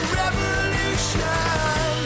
revolution